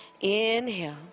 inhale